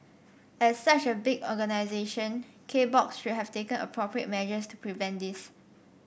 as such a big organisation K Box should have taken appropriate measures to prevent this